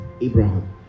Abraham